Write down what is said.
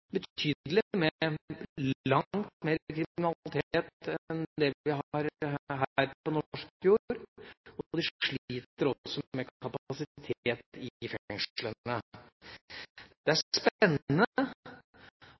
betydelig med langt mer kriminalitet enn det vi har her på norsk jord, og de sliter også med kapasitet i fengslene. Det er